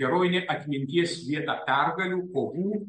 herojinė atminties vieta pergalių kovų